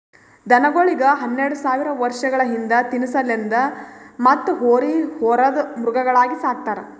ದನಗೋಳಿಗ್ ಹನ್ನೆರಡ ಸಾವಿರ್ ವರ್ಷಗಳ ಹಿಂದ ತಿನಸಲೆಂದ್ ಮತ್ತ್ ಹೋರಿ ಹೊರದ್ ಮೃಗಗಳಾಗಿ ಸಕ್ತಾರ್